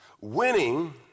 winning